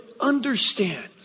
understand